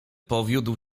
powiódł